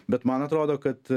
bet man atrodo kad